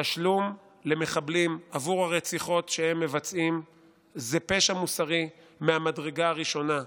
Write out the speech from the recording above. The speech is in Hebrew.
תשלום למחבלים עבור הרציחות שהם מבצעים זה פשע מוסרי מהמדרגה הראשונה.